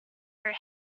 her